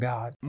God